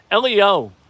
LEO